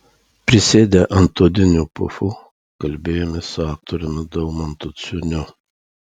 prisėdę ant odinių pufų kalbėjomės su aktoriumi daumantu ciuniu